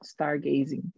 stargazing